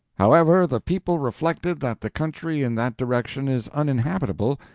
however the people reflected that the country in that direction is uninhabitable,